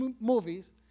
movies